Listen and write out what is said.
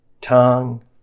tongue